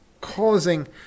causing